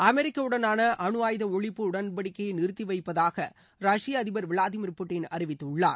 America உடனான அனு ஆயுத ஒழிப்பு உடன்படிக்கையை நிறுத்தி வைப்பதாக ரஷ்ய அதிபர் விளாடிமீர் புட்டின் அறிவித்துள்ளார்